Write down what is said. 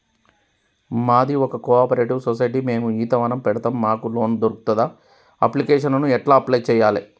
మాది ఒక cooperative society మేము ఈత వనం పెడతం మాకు లోన్ దొర్కుతదా? అప్లికేషన్లను ఎట్ల అప్లయ్ చేయాలే?